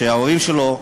שההורים שלו,